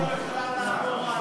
המציע איננו, אפשר לעבור הלאה.